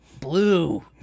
blue